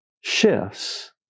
shifts